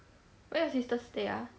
where your sister stay ah